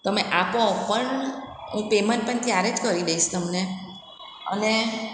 તમે આપો પણ હું પેમેન્ટ પણ ત્યારે જ કરી દઇશ તમને અને